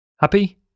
Happy